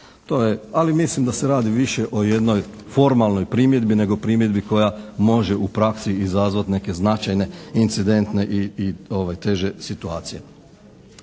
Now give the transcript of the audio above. ali mislim da se radi više o jednoj formalnoj primjedbi nego primjedbi koja može u praksi izazvati neke značajne incidentne i teže situacije.